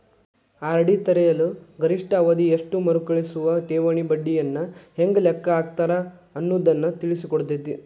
RD ತೆರೆಯಲು ಗರಿಷ್ಠ ಅವಧಿ ಎಷ್ಟು ಮರುಕಳಿಸುವ ಠೇವಣಿ ಬಡ್ಡಿಯನ್ನ ಹೆಂಗ ಲೆಕ್ಕ ಹಾಕ್ತಾರ ಅನ್ನುದನ್ನ ತಿಳಿಸಿಕೊಡ್ತತಿ